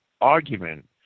argument